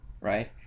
right